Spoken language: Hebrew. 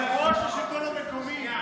יושב-ראש השלטון המקומי,